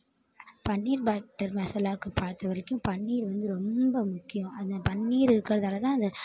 பன்னீர் butter மசாலாவுக்கு பார்த்த வரைக்கும் பன்னீர் வந்து ரொம்ப முக்கியம் அந்த பன்னீர் இருக்கிறதாலதான் அதை